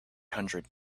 hundred